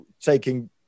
taking